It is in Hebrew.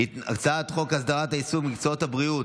אדוני היושב-ראש,